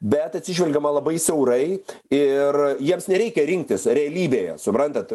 bet atsižvelgiama labai siaurai ir jiems nereikia rinktis realybėje suprantat